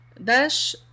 Dash